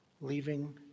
leaving